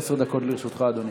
עשר דקות לרשותך, אדוני.